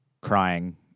crying